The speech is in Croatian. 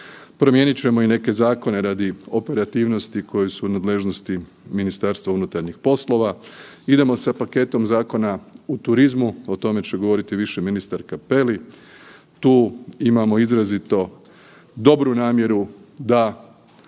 Promijenit ćemo i neke zakone radi operativnosti koji su u nadležnosti MUP-a. Idemo sa paketom zakona u turizmu, o tome će govoriti više ministar Cappelli. Tu imamo izrazito dobru namjeru da